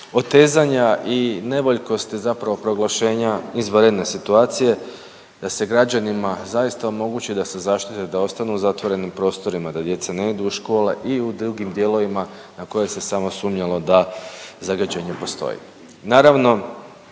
otezanja i nevoljkosti zapravo proglašenja izvanredne situacije da se građanima zaista omogući da se zaštite da ostanu u zatvorenim prostorima, da djeca ne idu u škole i u drugim dijelovima na koje se samo sumnjalo da zagađenje postoji.